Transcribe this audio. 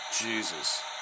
Jesus